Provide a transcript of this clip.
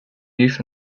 youth